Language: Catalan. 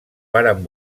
varen